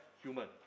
human